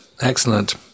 Excellent